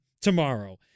tomorrow